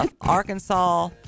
Arkansas